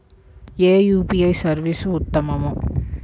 ఏ UPI service ఉత్తమము?